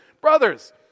brothers